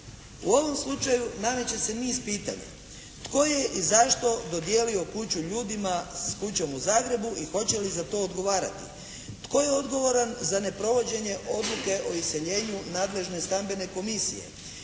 U ovom slučaju nameće se niz pitanja. Tko je i zašto dodijelio kuću ljudima s kućom u Zagrebu i hoće li za to odgovarati. Tko je odgovoran za neprovođenju odluke o iseljenju nadležne stambene komisije.